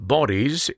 Bodies